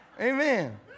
Amen